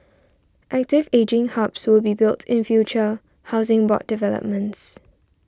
active ageing hubs will be built in future Housing Board developments